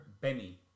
benny